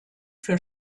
für